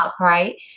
Right